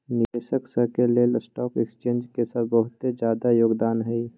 निवेशक स के लेल स्टॉक एक्सचेन्ज के बहुत जादा योगदान हई